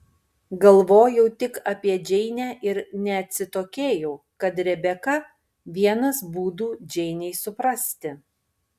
galvojau tik apie džeinę ir neatsitokėjau kad rebeka vienas būdų džeinei suprasti